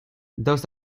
daoust